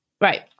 right